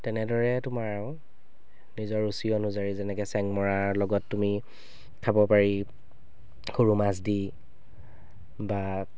তেনেদৰে তোমাৰ আৰু নিজৰ ৰুচি অনুযায়ী যেনে চেংমৰাৰ লগত তুমি খাব পাৰি সৰু মাছ দি বা